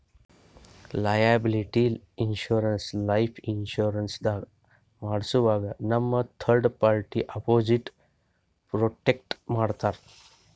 liability insurance life insurance ದಾಗ್ ಮಾಡ್ಸೋವಾಗ್ ನಮ್ಗ್ ಥರ್ಡ್ ಪಾರ್ಟಿ ಅಪೊಸಿಟ್ ಪ್ರೊಟೆಕ್ಟ್ ಮಾಡ್ತದ್